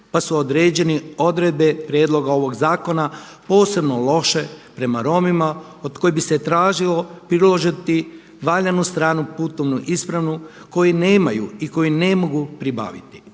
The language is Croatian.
pa su određene odredbe prijedloga ovog zakona posebno loše prema Romima od kojih bi se tražilo priložiti valjanu stranu putne isprave koju nemaju i koju ne mogu pribaviti.